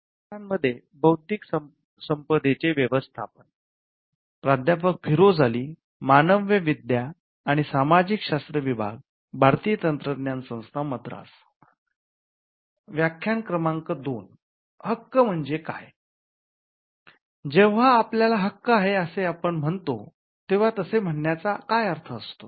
जेव्हा आपल्याला हक्क आहे असे आपण म्हणतोतेव्हा तसे म्हणण्याचा काय अर्थ असतो